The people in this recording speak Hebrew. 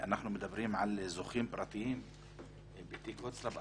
אנחנו מדברים על זוכים פרטיים ותיק הוצל"פ,